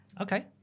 okay